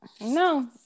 no